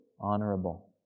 honorable